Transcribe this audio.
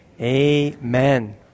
amen